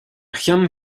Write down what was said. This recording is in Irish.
cheann